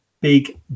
Big